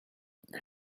the